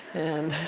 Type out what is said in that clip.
and